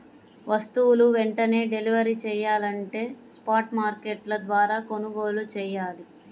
వస్తువులు వెంటనే డెలివరీ చెయ్యాలంటే స్పాట్ మార్కెట్ల ద్వారా కొనుగోలు చెయ్యాలి